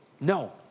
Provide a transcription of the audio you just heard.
No